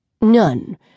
None